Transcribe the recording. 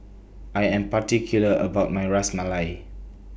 I Am particular about My Ras Malai